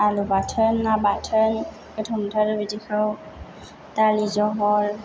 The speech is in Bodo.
आलु बाथोन ना बाथोन गोथाव मोनथारो बिदिखौ दालि जहल